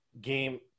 game